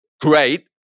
great